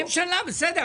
הממשלה, בסדר.